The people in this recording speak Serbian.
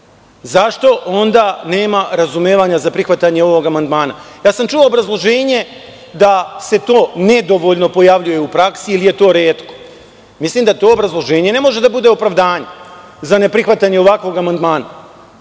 Zašto onda nema razumevanja za prihvatanje ovog amandmana? Čuo sam obrazloženje da se to nedovoljno pojavljuje u praksi ili je to retko, mislim da to obrazloženje ne može da bude opravdanje za neprihvatanje ovakvog amandmana.